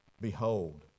Behold